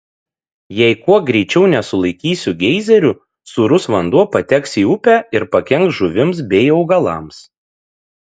jei kuo greičiau nesulaikysiu geizerių sūrus vanduo pateks į upę ir pakenks žuvims bei augalams